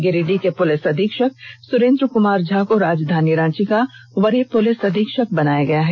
गिरिंडीह के पुलिस अधीक्षक सुरेंद्र कुमार झा को राजधानी रांची का वरीय पुलिस अधीक्षक बनाया गया है